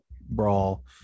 brawl